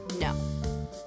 no